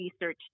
Research